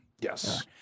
Yes